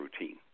routine